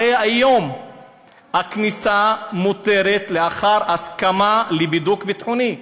הרי היום הכניסה מותרת לאחר הסכמה לבידוק ביטחוני.